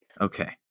Okay